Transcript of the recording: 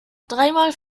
dreimal